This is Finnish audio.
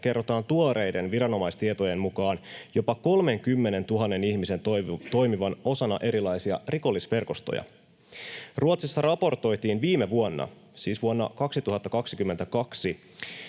kerrotaan tuoreiden viranomaistietojen mukaan jopa 30 000 ihmisen toimivan osana erilaisia rikollisverkostoja. Ruotsissa raportoitiin viime vuonna — siis vuonna 2022